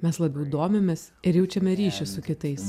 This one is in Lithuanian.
mes labiau domimės ir jaučiame ryšį su kitais